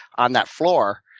on that floor,